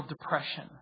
depression